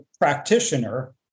practitioner